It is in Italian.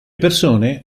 persone